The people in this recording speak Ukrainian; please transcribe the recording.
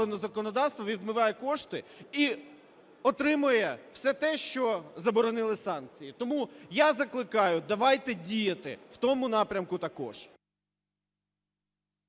законодавства, відмиває кошти і отримує все те, що заборонили санкції. Тому я закликаю давайте діяти в тому напрямку також.